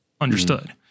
understood